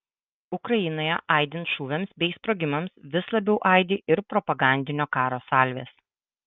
ukrainoje aidint šūviams bei sprogimams vis labiau aidi ir propagandinio karo salvės